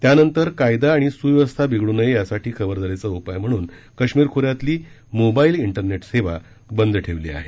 त्यानंतर कायदा आणि सुव्यवस्था बिघडू नये यासाठी खबरदारीचा उपाय म्हणून कश्मीर खोऱ्यातली मोबाईल ठेरनेट सेवा बंद ठेवली आहे